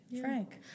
frank